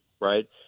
Right